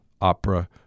Opera